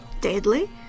deadly